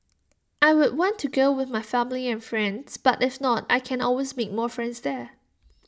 I would want to go with my family and friends but if not I can always make more friends there